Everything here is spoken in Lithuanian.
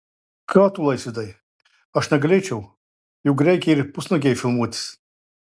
ką tu laisvydai aš negalėčiau juk reikia ir pusnuogei filmuotis